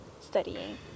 studying